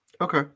Okay